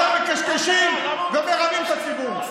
אתם מקשקשים ומרמים את הציבור.